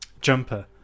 jumper